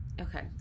okay